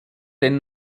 den